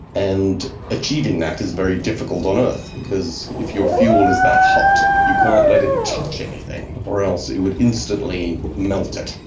and achieving that is very difficult on earth because if your fuel is that hot you can't let it touch anything or else it would instantly melt it.